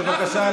בבקשה,